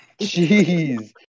Jeez